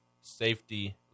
safety